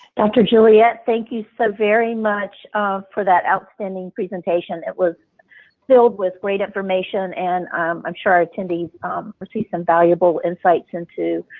dr. juliette, thank you very much for that outstanding presentation. it was filled with great information and i'm sure our attendees received some valuable insights into